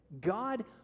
God